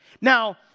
Now